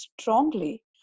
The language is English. strongly